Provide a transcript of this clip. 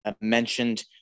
Mentioned